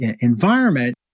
environment